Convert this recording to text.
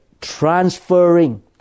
transferring